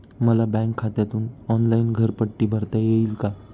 मला बँक खात्यातून ऑनलाइन घरपट्टी भरता येईल का?